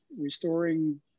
restoring